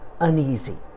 uneasy